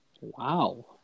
Wow